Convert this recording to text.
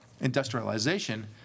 industrialization